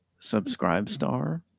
Subscribestar